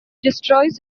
destroys